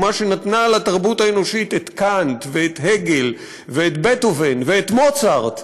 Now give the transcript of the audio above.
אומה שנתנה לתרבות האנושית את קאנט ואת הגל ואת בטהובן ואת מוצרט,